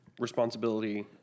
responsibility